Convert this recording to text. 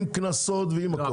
עם קנסות ועם הכול.